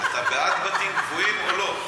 אתה בעד בתים גבוהים או לא?